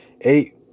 eight